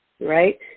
right